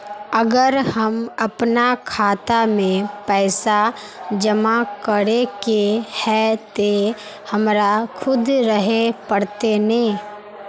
अगर हमर अपना खाता में पैसा जमा करे के है ते हमरा खुद रहे पड़ते ने?